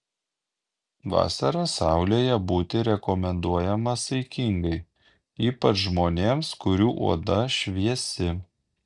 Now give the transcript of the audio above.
vasarą saulėje būti rekomenduojama saikingai ypač žmonėms kurių oda šviesi